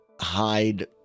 hide